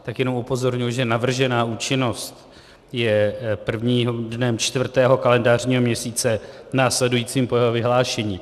Tak jenom upozorňuji, že navržená účinnost je prvním dnem čtvrtého kalendářního měsíce následujícím po jeho vyhlášení.